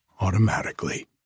automatically